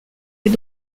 est